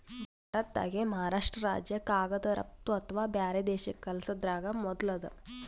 ಭಾರತ್ದಾಗೆ ಮಹಾರಾಷ್ರ್ಟ ರಾಜ್ಯ ಕಾಗದ್ ರಫ್ತು ಅಥವಾ ಬ್ಯಾರೆ ದೇಶಕ್ಕ್ ಕಲ್ಸದ್ರಾಗ್ ಮೊದುಲ್ ಅದ